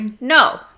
No